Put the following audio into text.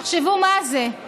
תחשבו מה זה.